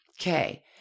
Okay